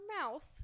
mouth